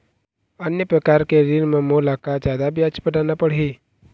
अन्य प्रकार के ऋण म मोला का जादा ब्याज पटाना पड़ही?